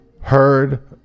heard